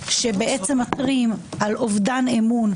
-- שמתריעים על אובדן אמון.